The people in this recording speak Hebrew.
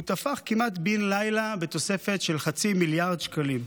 והוא תפח כמעט בן לילה עם תוספת של חצי מיליארד שקלים.